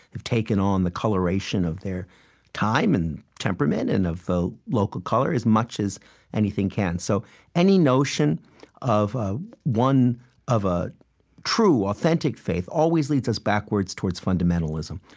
have taken on the coloration of their time and temperament and of the local color, as much as anything can. so any notion of a one of a true, authentic faith always leads us backwards towards fundamentalism.